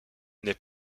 n’est